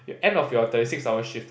you're end of your thirty six hours shift